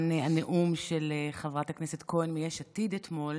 הנאום של חברת הכנסת כהן מיש עתיד אתמול